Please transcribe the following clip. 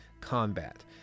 combat